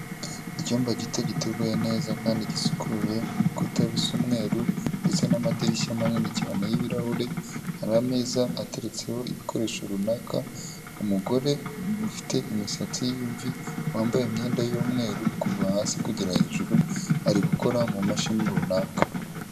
Icyumba gito giteguye neza kandi gisukuye, ibikuta bisa umweru ndetse n'amadirishya manini cyane y'ibirahure, hari ameza ateretseho ibikoresho runaka, umugore ufite imisatsi y' imvi, wambaye imyenda y'umweru kuva hasi kugera hejuru ari gukora mumashini runaka.